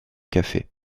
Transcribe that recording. café